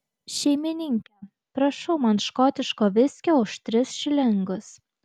šeimininke prašau man škotiško viskio už tris šilingus